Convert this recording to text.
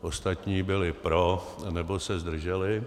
Ostatní byli pro nebo se zdrželi.